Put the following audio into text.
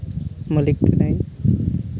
ᱢᱟᱹᱞᱤᱠ ᱠᱟᱹᱱᱟᱹᱧ